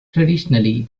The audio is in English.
traditionally